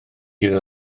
iddo